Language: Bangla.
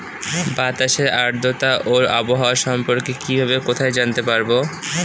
বাতাসের আর্দ্রতা ও আবহাওয়া সম্পর্কে কিভাবে কোথায় জানতে পারবো?